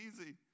easy